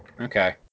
Okay